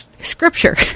scripture